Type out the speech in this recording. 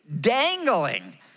dangling